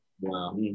Wow